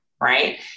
right